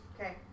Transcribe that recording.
Okay